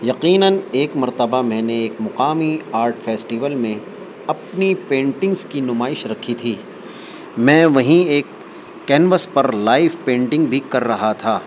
یقیناً ایک مرتبہ میں نے ایک مقامی آرٹ فیسٹیول میں اپنی پینٹنگس کی نمائش رکھی تھی میں وہیں ایک کینوس پر لائیو پینٹنگ بھی کر رہا تھا